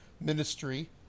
Ministry